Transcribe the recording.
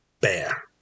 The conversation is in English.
Bear